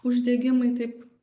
uždegimai taip